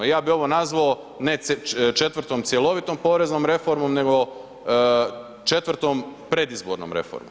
Ja bi ovo nazvao ne četvrtom cjelovitom poreznom reformom nego četvrtom predizbornom reformom.